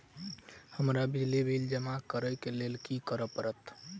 हमरा बिजली बिल जमा करऽ केँ लेल की करऽ पड़त?